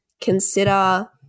Consider